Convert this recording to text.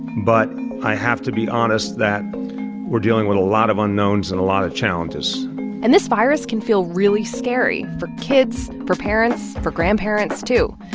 but i have to be honest that we're dealing with a lot of unknowns and a lot of challenges and this virus can feel really scary for kids, for parents, for grandparents, too.